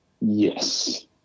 Yes